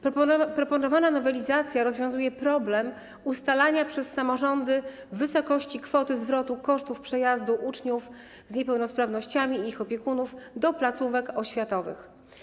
Proponowana nowelizacja rozwiązuje problem ustalania przez samorządy wysokości kwoty zwrotu kosztów przejazdu uczniów z niepełnosprawnościami i ich opiekunów do placówek oświatowych.